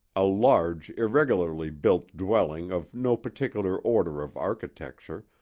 a large, irregularly built dwelling of no particular order of architecture,